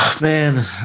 Man